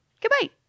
goodbye